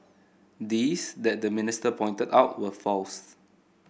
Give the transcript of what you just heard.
these that the minister pointed out were false